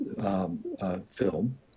film